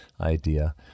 idea